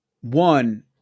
one